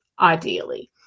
ideally